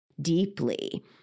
deeply